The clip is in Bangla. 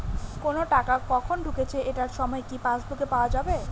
কোনো টাকা কখন ঢুকেছে এটার সময় কি পাসবুকে পাওয়া যাবে?